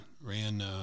Ran